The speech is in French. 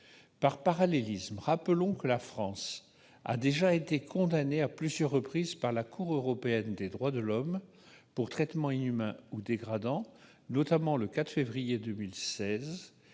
Par parallélisme, rappelons que la France a déjà été condamnée à plusieurs reprises par la Cour européenne des droits de l'homme pour traitements inhumains ou dégradants, notamment le 4 février 2016